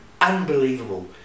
unbelievable